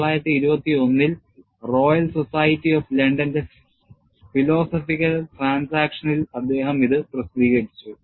1921 ൽ Royal Society of ലണ്ടന്റെ Philosophical ട്രാൻസാക്ഷനിൽ അദ്ദേഹം ഇത് പ്രസിദ്ധീകരിച്ചു